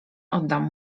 oddam